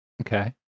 Okay